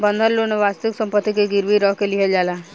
बंधक लोन वास्तविक सम्पति के गिरवी रख के लिहल जाला